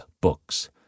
books